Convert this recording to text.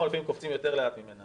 אנחנו לפעמים קופצים לאט יותר ממנה,